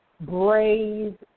brave